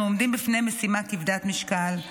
אנחנו עומדים בפני משימה כבדת משקל,